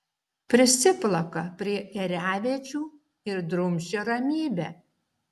prisiplaka prie ėriavedžių ir drumsčia ramybę